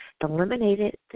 eliminated